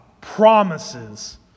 promises